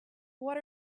what